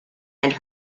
and